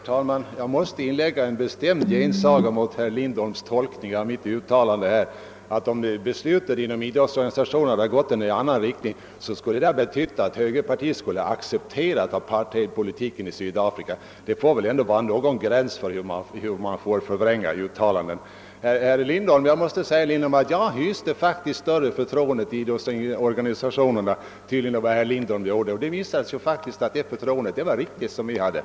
Herr talman! Jag måste inlägga en bestämd gensaga mot herr Lindholms vantolkning av mitt anförande: om beslutet inom idrottsorganisationerna gått i annan riktning skulle högerpartiet ha accepterat apartheidpolitiken i Sydafrika! Det får väl ändå vara någon gräns för hur man förvränger uttalanden! Jag hyste faktiskt större förtroende för idrottsorganisationerna än herr Lindholm gjorde, och det visade sig att det förtroendet var berättigat.